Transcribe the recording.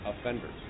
offenders